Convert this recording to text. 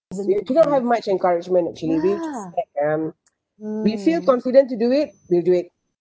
cannot have much encouragement actually we're just like um we feel confident to do it we'll do it